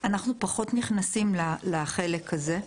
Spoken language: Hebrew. אנחנו פחות נכנסים לחלק הזה.